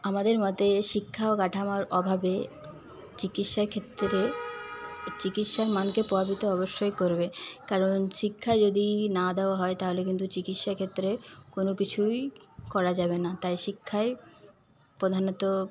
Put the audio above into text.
আমাদের মতে শিক্ষা ও কাঠামোর অভাবে চিকিৎসাক্ষেত্রে চিকিৎসার মানকে প্রভাবিত অবশ্যই করবে শিক্ষা যদি না দেওয়া হয় তাহলে কিন্তু চিকিৎসাক্ষেত্রে কোনো কিছুই করা যাবে না তাই শিক্ষাই প্রধানত